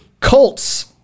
Colts